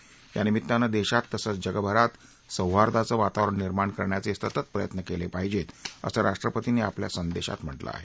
या दिनाच्या निमित्तानं देशात तसंच जगभरात सौहार्दाचं वातावरण निर्माण करण्याचे सतत प्रयत्न केले पाहिजेत असं राष्ट्रपतींनी आपल्या संदेशात म्हटलं आहे